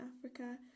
Africa